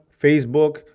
facebook